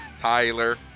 Tyler